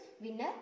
winner